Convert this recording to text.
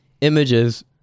images